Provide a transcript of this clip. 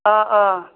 ओह ओह